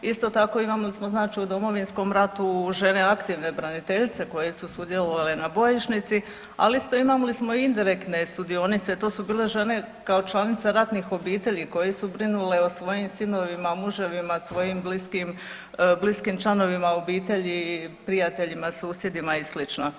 Isto tako imali smo znači u Domovinskom ratu žene aktivne braniteljice koje su sudjelovale na bojišnici, ali isto, imali smo indirektne sudionice, to su bile žene kao članice ratnih obitelji koje su brinule o svojim sinovima, muževima, svojim bliskim članovima obitelji, prijateljima, susjedima i sl.